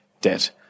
debt